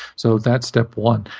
so that's step one.